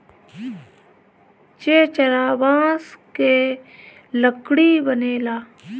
चेचरा बांस के लकड़ी बनेला